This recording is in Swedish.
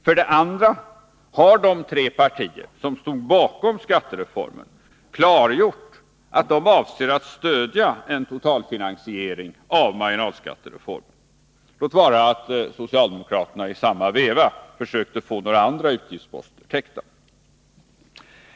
För det andra har de tre partier som stod bakom skattereformen klargjort att de avser att stödja en totalfinansiering av marginalskattereformen — låt vara att socialdemokraterna i samma veva försökte få några andra utgiftsposter täckta.